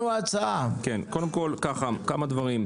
כן, קודם כל, כמה דברים.